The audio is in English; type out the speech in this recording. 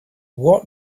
what